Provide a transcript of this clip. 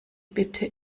bitte